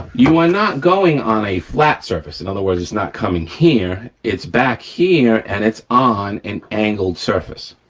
you're not going on a flat surface. in other words, it's not coming here, it's back here and it's on an angled surface,